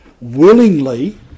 willingly